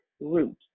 root